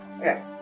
Okay